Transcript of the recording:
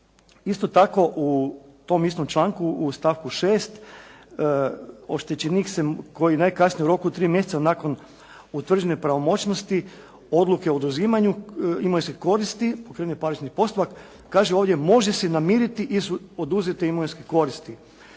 Isto tako, u tom istom članku u stavku 6. oštećenik koji najkasnije u roku od 3 mjeseca nakon utvrđene pravomoćnosti odluke o oduzimanju imovinske koristi pokrene kazneni postupak, kaže ovdje može se namiriti i oduzeti imovinske koristi.